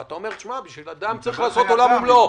ואומר: בשביל אדם צריך לעשות עולם ומלואו.